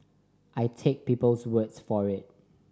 I take people's words for it